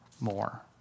more